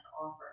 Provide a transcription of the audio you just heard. offer